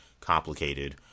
complicated